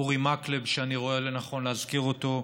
אורי מקלב שאני רואה לנכון להזכיר אותו,